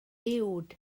uwd